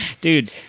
Dude